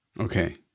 Okay